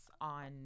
on